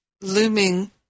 looming